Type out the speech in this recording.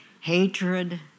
Hatred